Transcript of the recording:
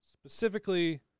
Specifically